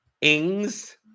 Ings